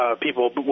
people